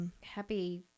Happy